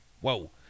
whoa